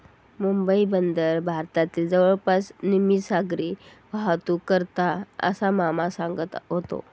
मुंबई बंदर भारतातली जवळपास निम्मी सागरी मालवाहतूक करता, असा मामा सांगत व्हतो